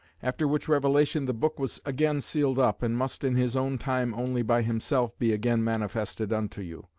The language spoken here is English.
after which revelation the book was again sealed up, and must in his own time only by himself be again manifested unto you.